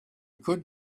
could